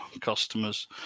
customers